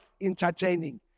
entertaining